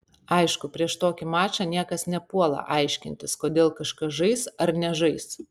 aišku prieš tokį mačą niekas nepuola aiškintis kodėl kažkas žais ar nežais